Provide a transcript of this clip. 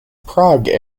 prague